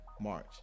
March